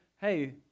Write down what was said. hey